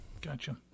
Gotcha